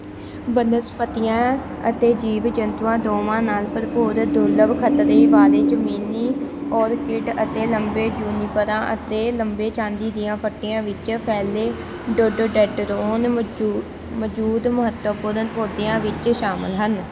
ਬਨਸਪਤੀਆਂ ਅਤੇ ਜੀਵ ਜੰਤੂਆਂ ਦੋਵਾਂ ਨਾਲ ਭਰਪੂਰ ਦੁਰਲੱਭ ਖ਼ਤਰੇ ਵਾਲੇ ਜ਼ਮੀਨੀ ਓਰਕਿਡ ਅਤੇ ਲੰਬੇ ਜੂਨੀਪਰਾਂ ਅਤੇ ਲੰਬੇ ਚਾਂਦੀ ਦੀਆਂ ਫੱਟੀਆਂ ਵਿੱਚ ਫੈਲੇ ਡੋਡੋਡੈਂਟਰੋਨ ਮੌਜੂ ਮੌਜੂਦ ਮਹੱਤਵਪੂਰਨ ਪੌਦਿਆਂ ਵਿੱਚ ਸ਼ਾਮਲ ਹਨ